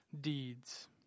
deeds